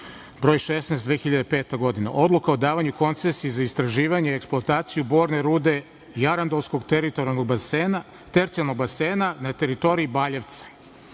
br. 16, 2005. godina – Odluka o davanju koncesije za istraživanje i eksploataciju borne rude i Jarandolskog tercijalnog basena na teritoriji Baljevca.